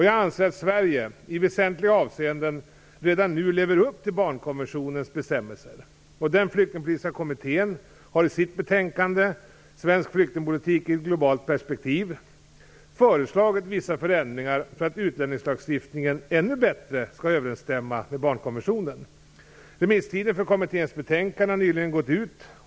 Jag anser att Sverige i väsentliga avseenden redan nu lever upp till barnkonventionens bestämmelser. Remisstiden för kommitténs betänkande har nyligen gått ut.